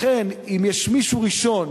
לכן, אם יש מישהו ראשון